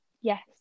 Yes